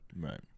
Right